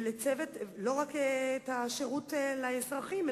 לא רק את השירות לאזרחים,